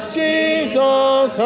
jesus